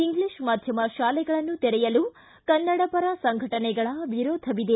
English ಮಾಧ್ಯಮ ಶಾಲೆಗಳನ್ನು ತೆರೆಯಲು ಕನ್ನಡ ಪರ ಸಂಘಟನೆಗಳ ವಿರೋಧವಿದೆ